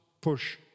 push